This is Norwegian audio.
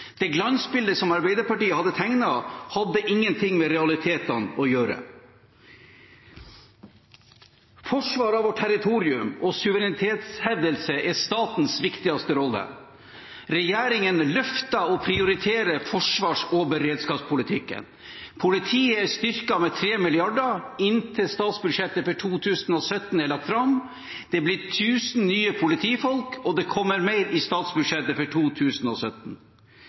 Det glansbildet som Arbeiderpartiet hadde tegnet, hadde ingenting med realitetene å gjøre. Forsvar av vårt territorium og suverenitetshevdelse er statens viktigste rolle. Regjeringen løfter og prioriterer forsvars- og beredskapspolitikken. Politiet er styrket med 3 mrd. kr inntil statsbudsjettet for 2017 er lagt fram. Det blir 1 000 nye politifolk, og det kommer mer i statsbudsjettet for 2017.